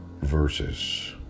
verses